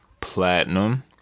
Platinum